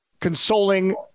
consoling